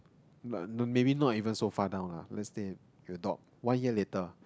but not maybe not even so fast down lah let's say you thought one year later